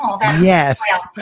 Yes